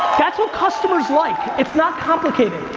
that's what customers like, it's not complicated.